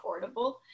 affordable